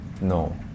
No